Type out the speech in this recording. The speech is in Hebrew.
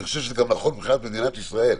אני חושב שזה גם נכון מבחינת מדינת ישראל.